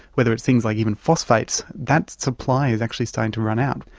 whether it's things like even phosphates, that supply is actually starting to run out.